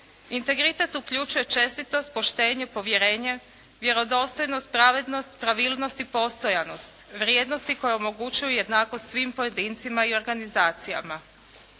Integritet uključuje čestitost, poštenje, povjerenje, vjerodostojnost, pravednost, pravilnost i postojanost. Vrijednosti koje omogućuju jednakost svim pojedincima i organizacijama.